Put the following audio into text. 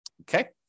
Okay